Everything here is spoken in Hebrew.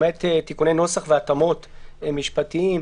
למעט תיקוני נוסח והתאמות משפטיות,